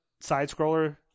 side-scroller